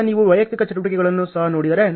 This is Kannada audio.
ಈಗ ನೀವು ವೈಯಕ್ತಿಕ ಚಟುವಟಿಕೆಗಳನ್ನು ಸಹ ನೋಡಿದರೆ